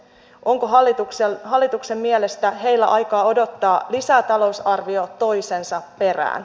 onko hallituksen mielestä heillä aikaa odottaa lisätalousarvio toisensa perään